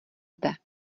zde